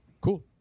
Cool